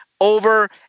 over